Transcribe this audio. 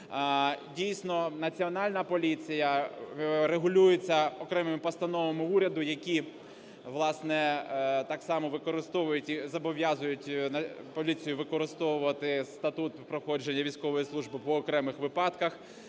Дійсно Національна поліція регулюється окремими постановами уряду, які, власне, так само використовують і зобов'язують поліцію використовувати статут проходження військової служби по окремих випадках